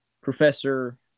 Professor